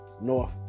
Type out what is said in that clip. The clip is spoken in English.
North